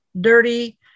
dirty